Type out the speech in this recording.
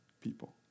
people